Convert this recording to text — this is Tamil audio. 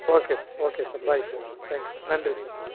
okay sir okay sir bye sir thank you நன்றி சார்